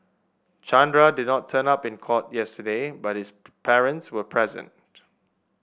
Chandra did not turn up in court yesterday but his parents were present